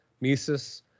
Mises